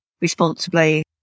responsibly